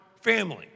family